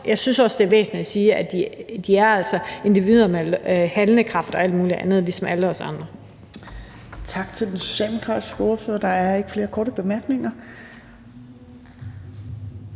jeg synes også, det er væsentligt at sige, at de altså er individer med handlekraft og alt mulig andet ligesom alle os andre.